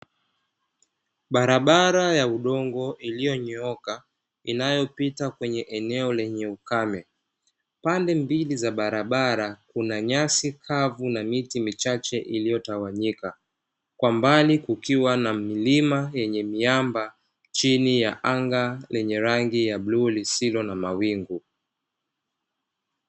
Barabara ya udongo iliyonyooka inayopita kwenye eneo lenye ukame, pande mbili za barabara kuna nyasi kavu na miti michache iliyotawanyika kwa mbali kukiwa na milima yenye miamba chini ya anga lenye rangi ya bluu lisilo na mawingu.